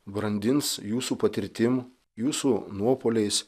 brandins jūsų patirtim jūsų nuopuoliais